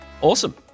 Awesome